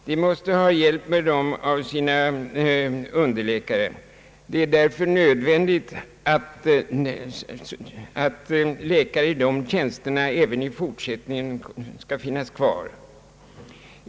De måste ha hjälp av sina underläkare. Det är därför nödvändigt, att läkare i de tjänsterna finns kvar även i fortsättningen.